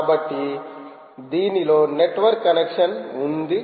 కాబట్టి దీనిలో network connection ఉంది